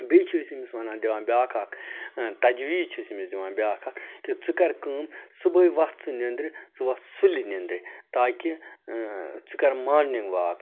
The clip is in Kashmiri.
بیٚیہِ چھِ أسۍ أمِس وَنان دِوان بیٚاکھ اَکھکھ تجویٖز چھِ أسۍ أمِس دِوان بیٚاکھ اَکھکھ کہِ ژٕ کَرٕ کٲم صُبحٲے وَتھ ژٕ نینٛدرِ ژٕ وَتھ سُلہِ نِنٛدرِ تاکہِ ژٕ کَر مارنِنٛگ واک